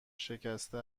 شکسته